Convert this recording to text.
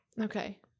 Okay